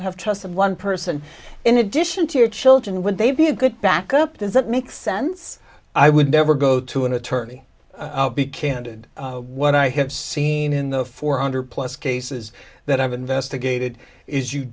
have trust of one person in addition to your children would they be a good backup does that make sense i would never go to an attorney be candid what i have seen in the four hundred plus cases that i've investigated is you